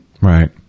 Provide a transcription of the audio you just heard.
Right